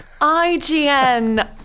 IGN